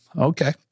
Okay